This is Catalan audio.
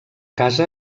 casa